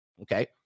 Okay